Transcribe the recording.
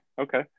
Okay